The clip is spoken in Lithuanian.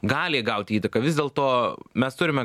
gali įgauti įtaką vis dėlto mes turime